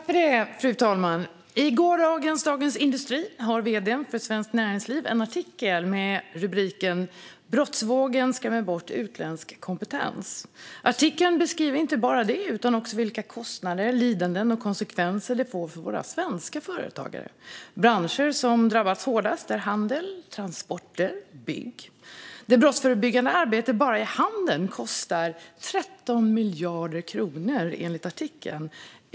Fru talman! I gårdagens Dagens industri finns en debattartikel av vd:n för Svenskt Näringsliv. Artikeln har rubriken "Brottsvågen skrämmer bort utländsk kompetens" och beskriver inte bara detta utan också vilka kostnader, lidanden och konsekvenser det får för våra svenska företagare. Branscher som drabbas hårdast är handel, transport och bygg. Det brottsförebyggande arbetet bara i handeln kostar 13 miljarder kronor, enligt artikeln.